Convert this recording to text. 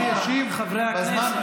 אני אשיב בזמן.